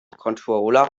controller